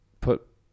put